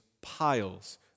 piles